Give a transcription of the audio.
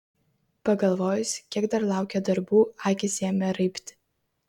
pagalvojus kiek dar laukia darbų akys ėmė raibti